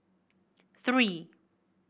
three